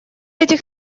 этих